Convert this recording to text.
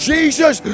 Jesus